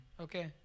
okay